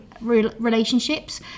relationships